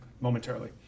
momentarily